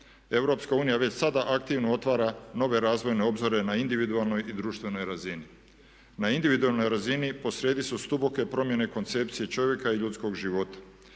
EU već sada aktivno otvara nove razvojne obzore na individualnoj i društvenoj razini. Na individualnoj razini posrijedi su duboke promjene koncepcije čovjeka i ljudskog života,